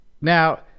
Now